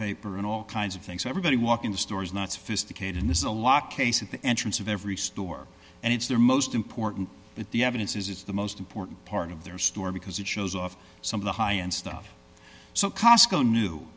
paper and all kinds of things everybody walk in the store is not sophisticated and this is a locked case at the entrance of every store and it's their most important but the evidence is it's the most important part of their store because it shows off some of the high end stuff so cosco knew